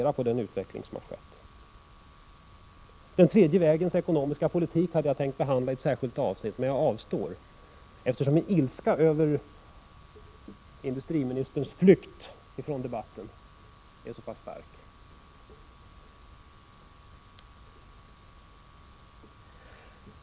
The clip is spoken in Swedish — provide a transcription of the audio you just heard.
Jag hade tänkt behandla den tredje vägens ekonomiska politik i ett särskilt avsnitt, men jag avstår, eftersom min ilska över industriministerns flykt från debatten är så pass stark.